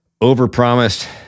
over-promised